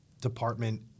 department